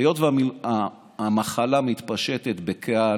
הוא שהיות שהמחלה מתפשטת בקהל,